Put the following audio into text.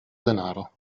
denaro